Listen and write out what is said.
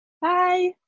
Bye